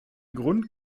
grund